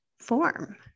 form